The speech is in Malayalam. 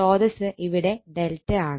സ്രോതസ്സ് ഇവിടെ ∆ ആണ്